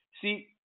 See